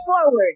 forward